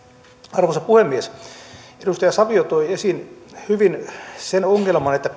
arvoisa puhemies edustaja savio toi esiin hyvin sen ongelman että